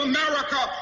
America